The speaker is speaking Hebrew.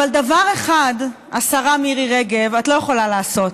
אבל דבר אחד, השרה מירי רגב, את לא יכולה לעשות: